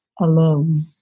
alone